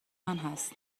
هست